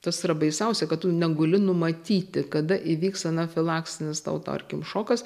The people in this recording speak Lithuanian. tas yra baisiausia kad tu neguli numatyti kada įvyks anafilaksinis tau tarkim šokas